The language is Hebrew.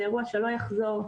זה אירוע שלא יחזור.